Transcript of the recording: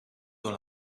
dans